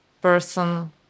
person